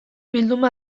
bilduma